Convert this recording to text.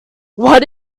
what